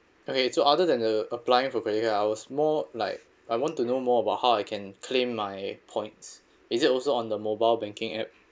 okay so other than the applying for credit card I was more like I want to know more about how I can claim my points is it also on the mobile banking app